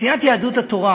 סיעת יהדות התורה,